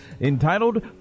entitled